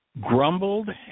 grumbled